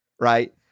right